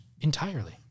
entirely